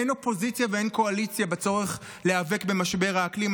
אין אופוזיציה ואין קואליציה בצורך להיאבק במשבר האקלים.